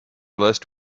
list